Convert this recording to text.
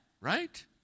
right